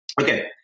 Okay